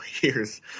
years